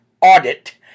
audit